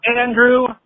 Andrew